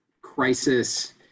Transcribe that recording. Crisis